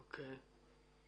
אוקיי.